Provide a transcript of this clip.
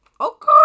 Okay